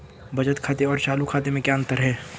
बचत खाते और चालू खाते में क्या अंतर है?